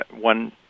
one